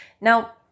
Now